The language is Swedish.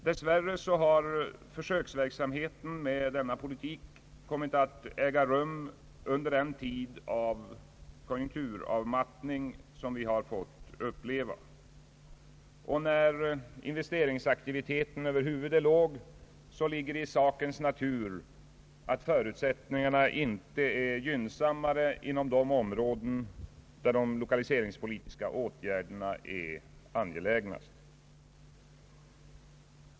Dess värre har försöksverksamheten med denna politik kommit att äga rum under den tid av konjunkturavmattning som vi har fått uppleva. När investeringsaktiviteten över huvud är låg, ligger det i sakens natur att förutsättningarna inte är gynnsammare inom de områden där de lokaliseringspolitiska åtgärderna är angelägnast.